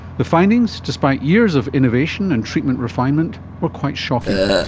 the findings, despite years of innovation and treatment refinement, were quite shocking.